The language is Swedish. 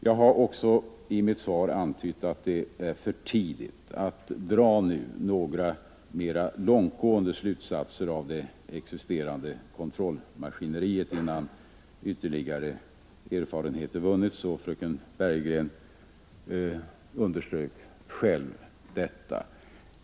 Jag har också i mitt svar antytt att det är för tidigt att nu dra några mera långtgående slutsatser av det existerande kontrollmaskineriet, innan ytterligare erfarenheter vunnits, och fröken Bergegren underströk själv detta.